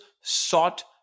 sought